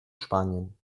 spanien